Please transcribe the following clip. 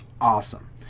awesome